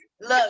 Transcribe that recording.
Look